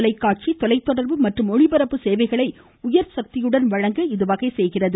தொலைக்காட்சி தொலைதொடர்பு மற்றும் ஒளிபரப்பு சேவைகளை உயர்சக்தியுடன் வழங்க இது வகை செய்கிறது